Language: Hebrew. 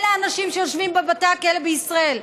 אלה האנשים שיושבים בבתי הכלא בישראל.